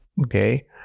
okay